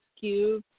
Cube